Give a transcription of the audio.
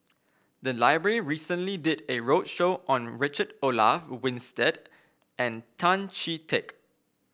the library recently did a roadshow on Richard Olaf Winstedt and Tan Chee Teck